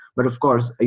but of course,